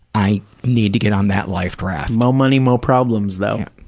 i need to get on that life raft. mo' money, mo' problems, though.